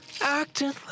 Acting